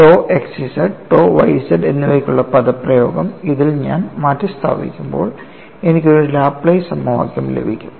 tau xz tau yz എന്നിവയ്ക്കുള്ള പദപ്രയോഗം ഇതിൽ ഞാൻ മാറ്റിസ്ഥാപിക്കുമ്പോൾ എനിക്ക് ഒരു ലാപ്ലേസ് സമവാക്യം ലഭിക്കും